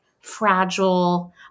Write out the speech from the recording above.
fragile